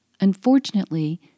Unfortunately